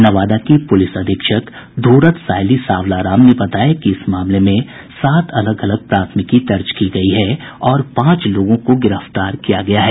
नवादा की पुलिस अधीक्षक ध्ररत सायली सावला राम ने बताया कि इस मामले में सात अलग अलग प्राथमिकी दर्ज की गयी है और पांच लोगों को गिरफ्तार किया गया है